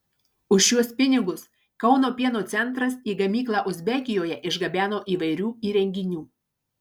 už šiuos pinigus kauno pieno centras į gamyklą uzbekijoje išgabeno įvairių įrenginių